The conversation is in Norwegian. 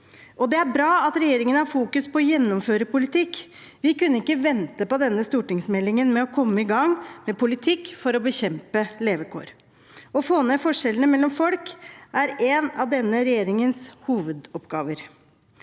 det er bra at regjeringen fokuserer på å gjennomføre politikken. Vi kunne ikke vente på denne stortingsmeldingen med å komme i gang med en politikk for å bekjempe dårlige levekår. Å få ned forskjellene mellom folk er en av denne regjeringens hovedoppgaver.